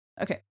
Okay